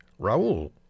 raul